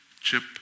chip